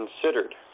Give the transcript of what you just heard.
considered